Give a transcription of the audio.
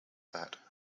that